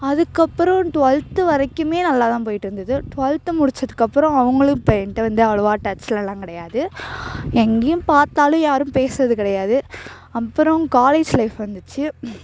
அதுக்கப்பறம் ட்வெல்த்து வரைக்கும் நல்லாத்தான் போய்ட்ருந்துது ட்வெல்த்து முடித்ததுக்கு அப்பறம் அவங்களும் இப்போ என்ட்ட வந்து அவ்வளவா டச்சிலலாம் கிடையாது எங்கேயும் பார்த்தாலும் யாரும் பேசுகிறது கிடையாது அப்புறம் காலேஜ் லைஃப் வந்துச்சு